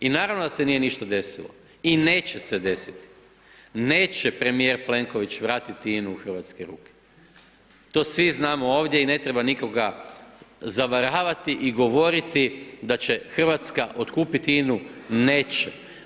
I naravno da se nije ništa desilo i neće se desiti, neće premijer Plenković vratiti INA-u u hrvatske ruke, to svi znamo ovdje i ne treba nikoga zavaravati i govoriti da će RH otkupiti INA-u, neće.